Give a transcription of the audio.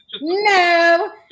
No